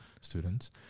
students